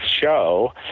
show